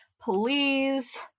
please